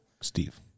Steve